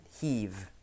heave